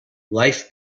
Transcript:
life